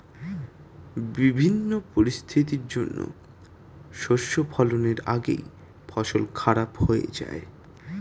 বিভিন্ন পরিস্থিতির জন্যে শস্য ফলনের আগেই ফসল খারাপ হয়ে যায়